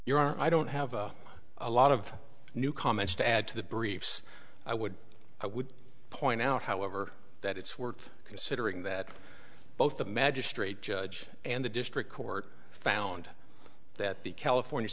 your i don't have a lot of new comments to add to the briefs i would i would point out however that it's worth considering that both the magistrate judge and the district court found that the california